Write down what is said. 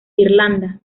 irlanda